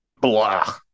blah